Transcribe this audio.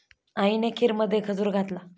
आईने खीरमध्ये खजूर घातला